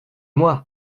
moi